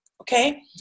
okay